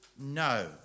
No